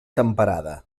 temperada